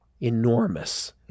enormous